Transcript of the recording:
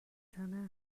زنه